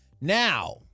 Now